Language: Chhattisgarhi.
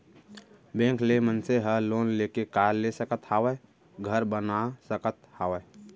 बेंक ले मनसे ह लोन लेके कार ले सकत हावय, घर बना सकत हावय